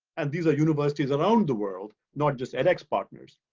and these are universities around the world, not just edx partners.